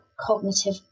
cognitive